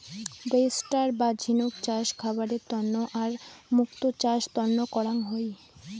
oyster বা ঝিনুক চাষ খাবারের তন্ন আর মুক্তো চাষ তন্ন করাং হই